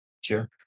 sure